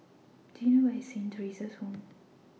Do YOU know Where IS Saint Theresa's Home